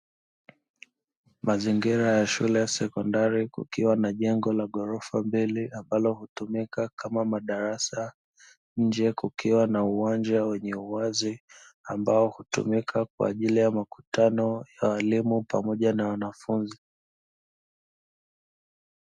Mazingira ya shule ya sekondari kukiwa na jengo la ghorofa mbili; ambalo hutumika kama madarasa. Nje kukiwa na uwanja wenye uwazi, ambao hutumika kwa ajilii ya makutano ya walimu pamoja na wanafunzi.